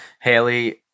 Haley